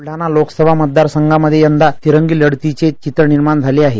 बुलडाणा लोकसभा मतदारसंघांमध्ये यंदा तिरंगी लढतीचे चित्र निर्माण झाले आहे